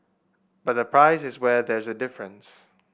but the price is where there is a difference